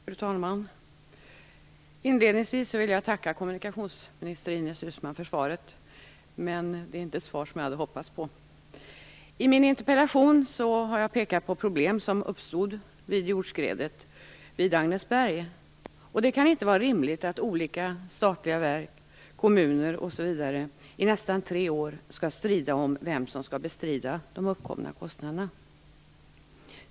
Fru talman! Inledningsvis vill jag tacka kommunikationsminister Ines Uusmann för svaret. Det är inte det svar som jag hade hoppats på. I min interpellation har jag pekat på problem som uppstod vid jordskredet vid Agnesberg. Det kan inte vara rimligt att olika statliga verk, kommuner osv. i nästan tre år skall strida om vem som skall bestrida de uppkomna kostnaderna.